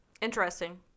Interesting